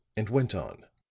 and went on